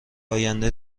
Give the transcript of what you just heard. آینده